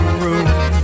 room